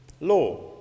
law